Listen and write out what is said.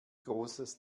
großes